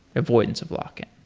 avoidance of lock-in